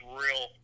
real